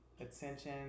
attention